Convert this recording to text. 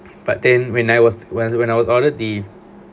but then when I was when I was older the